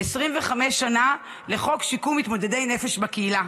25 שנה לחוק שיקום מתמודדי נפש בקהילה,